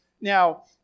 Now